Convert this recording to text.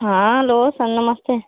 हाँ लो सर नमस्ते